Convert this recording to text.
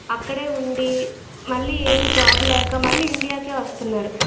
అక్కడే ఉండి మళ్ళీ ఏమీ జాబ్ లేక మళ్ళీ ఇండియాకే వస్తున్నారు